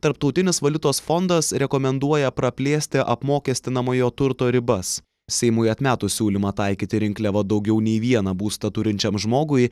tarptautinis valiutos fondas rekomenduoja praplėsti apmokestinamojo turto ribas seimui atmetus siūlymą taikyti rinkliavą daugiau nei vieną būstą turinčiam žmogui